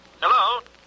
Hello